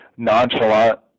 nonchalant